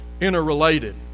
interrelated